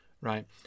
right